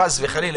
חלילה,